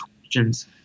questions